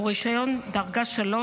רישיון דרגה 3,